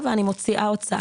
מוציא.